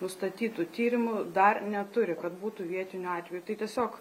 nustatytų tyrimų dar neturi kad būtų vietinių atvejų tai tiesiog